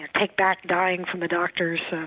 take back dying from the doctors,